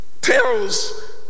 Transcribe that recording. tells